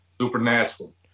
Supernatural